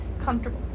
comfortable